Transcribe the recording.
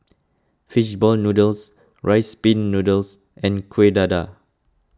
Fish Ball Noodles Rice Pin Noodles and Kuih Dadar